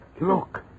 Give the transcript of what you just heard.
Look